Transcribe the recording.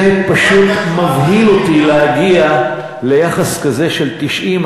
זה פשוט מבהיל אותי להגיע ליחס כזה של 90%,